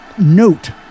note